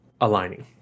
aligning